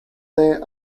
their